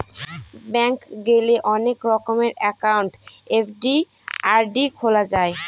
bank গেলে অনেক রকমের একাউন্ট এফ.ডি, আর.ডি খোলা যায়